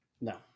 No